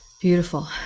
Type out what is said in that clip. Beautiful